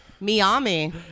Miami